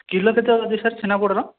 kilo କେତେ ଅଛି sir ଛେନାପୋଡ଼ର